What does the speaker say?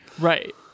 Right